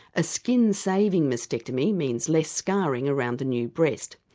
a skin-saving mastectomy means less scarring around the new breast.